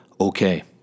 okay